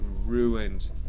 ruined